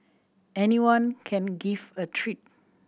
anyone can give a treat